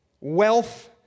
wealth